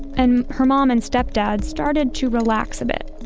and her mom and stepdad started to relax a bit.